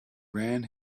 ran